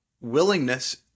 willingness